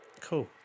Cool